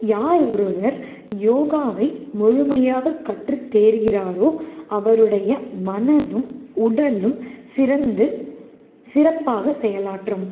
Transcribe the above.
யார் ஒருவர் யோகாவை முழுமையாக கற்று தேர்கிறாரோ அவருடைய மனதும் உடலும் சிறந்து சிறப்பாக செயலாற்றும்